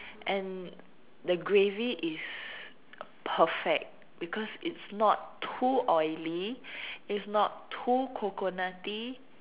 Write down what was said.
and the gravy is perfect because it's not too oily it's not too coconutty